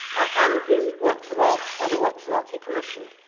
and the works of art, other works of art he commissioned,